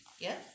Yes